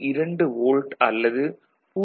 2 volt அல்லது 0